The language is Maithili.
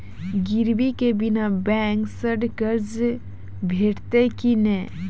गिरवी के बिना बैंक सऽ कर्ज भेटतै की नै?